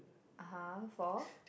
(uh huh) for